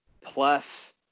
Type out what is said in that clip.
plus